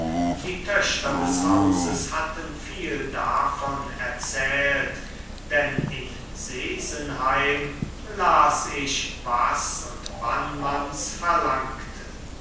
die töchter des hauses hatten viel davon erzählt denn in sesenheim las ich was und wann man's verlangte